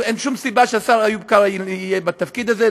אין שום סיבה שהשר איוב קרא לא יהיה בתפקיד הזה.